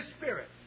spirit